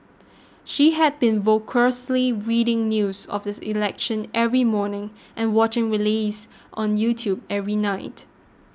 she had been voraciously reading news of the election every morning and watching rallies on YouTube every night